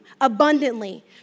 abundantly